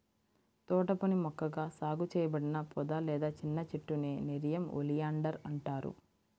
తోటపని మొక్కగా సాగు చేయబడిన పొద లేదా చిన్న చెట్టునే నెరియం ఒలియాండర్ అంటారు